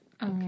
Okay